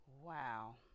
Wow